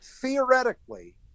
theoretically